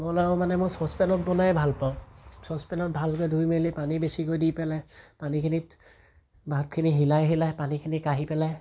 বনাওঁ মানে মই চ'চপেনত বনাই ভাল পাওঁ চ'চপেনত ভালকৈ ধুই মেলি পানী বেছিকৈ দি পেলাই পানীখিনিত ভাতখিনি হিলাই হিলাই পানীখিনি কাঢ়ি পেলাই